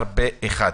תודה, אושר פה אחד.